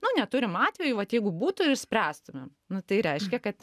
nu neturim atvejų vat jeigu būtų išspręstumėm nu tai reiškia kad